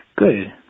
good